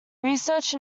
research